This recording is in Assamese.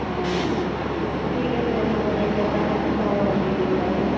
অ' ঠিক আছে মই টকা পাঁচশ দি দিম বাৰু